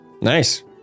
Nice